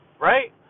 right